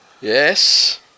Yes